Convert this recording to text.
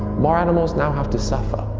more animals now have to suffer.